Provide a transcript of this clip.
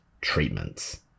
treatments